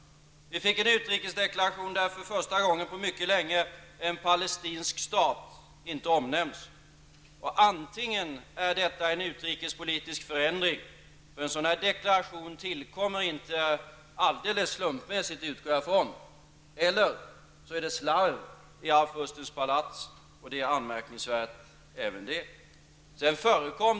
Vi fick en utrikesdeklaration där för första gången på mycket länge en palestinsk stat inte omnämndes. Antingen innebär detta en utrikespolitisk förändring, eftersom jag utgår från att en sådan deklaration inte tillkommer alldeles slumpmässigt, eller så är det fråga om slarv i Arvfurstens palats, och det är anmärkningsvärt även det.